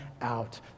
out